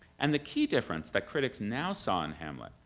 and the key difference that critics now saw in hamlet,